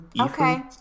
Okay